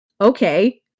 okay